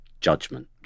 judgment